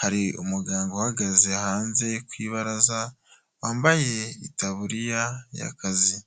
hari umuganga uhagaze hanze ku ibaraza wambaye itaburiya y'akazi.